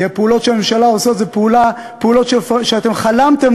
כי הפעולות שהממשלה עושה הן פעולות שאתם חלמתם